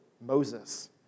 Moses